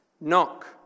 Knock